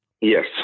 Yes